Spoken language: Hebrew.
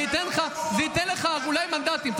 זה ייתן לך אולי מנדטים.